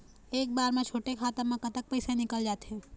एक बार म छोटे खाता म कतक पैसा निकल जाथे?